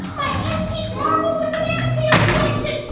um my antique marbles and banana peels collection.